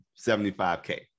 75k